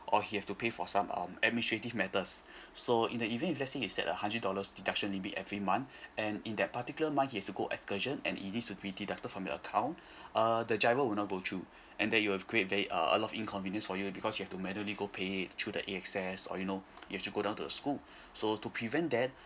or he have to pay for some um administrative matters so in the event if let's say is that a hundred dollars deduction limit every month and in that particular month he has to go excursion and it needs to be deducted from your account uh the G_I_R_O would not go through and that you will create a lot of inconvenience for you because you've to manually go pay through the A_X_S or you know if you go down to the school so to prevent that